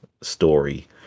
story